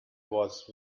was